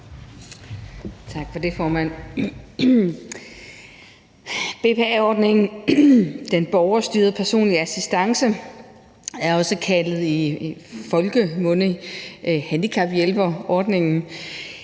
BPA-ordningen, den borgerstyrede personlige assistance, i folkemunde også kaldet handicaphjælperordningen,